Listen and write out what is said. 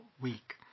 Week